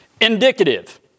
Indicative